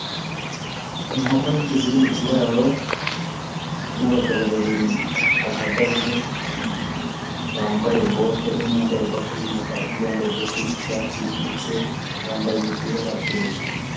Inkoko nyinshi ziri mu kiraro n'abagabo babiri bahagaze bambaye bote umwe yambaye bote z'umukara undi yambaye bote z'icyatsi ndetse bambaye imipira batebeje.